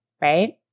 right